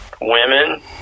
women